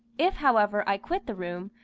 if, however, i quit the room,